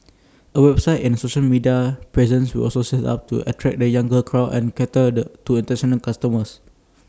A website and social media presence was also set up to attract the younger crowd and cater to International customers